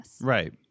Right